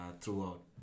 throughout